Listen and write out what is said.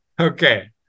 Okay